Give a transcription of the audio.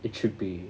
it should be